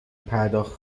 پرداخت